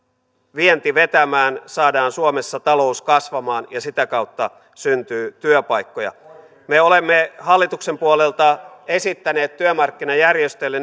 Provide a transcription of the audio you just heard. vienti vetämään saadaan suomessa talous kasvamaan ja sitä kautta syntyy työpaikkoja me olemme hallituksen puolelta esittäneet työmarkkinajärjestöille